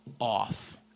off